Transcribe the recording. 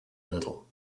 little